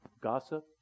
gossip